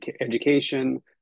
Education